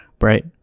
right